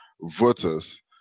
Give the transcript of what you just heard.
voters